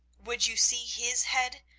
would you see his head,